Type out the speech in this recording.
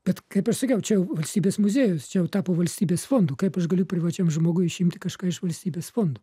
bet kaip aš sakiau čia valstybės muziejus čia jau tapo valstybės fondu kaip aš galiu privačiam žmogui išimti kažką iš valstybės fondų